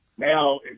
Now